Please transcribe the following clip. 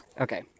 Okay